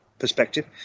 perspective